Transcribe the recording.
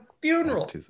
funeral